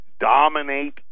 dominate